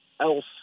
else